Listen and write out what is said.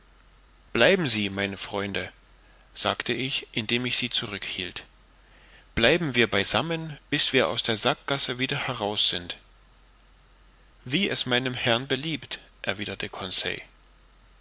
bleiben sie meine freunde sagte ich indem ich sie zurückhielt bleiben wir beisammen bis wir aus der sackgasse wieder heraus sind wie es meinem herrn beliebt